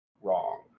wrong